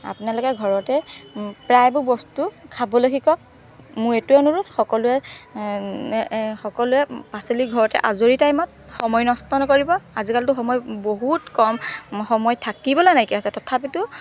আপোনালোকে ঘৰতে প্ৰায়বোৰ বস্তু খাবলৈ শিকক মোৰ এইটোৱে অনুৰোধ সকলোৱে সকলোৱে পাচলি ঘৰত আজৰি টাইমত সময় নষ্ট নকৰিব আজিকালিতো সময় বস্তু কম সময় থাকিবলৈ নাইকিয়া হৈছে তথাপিতো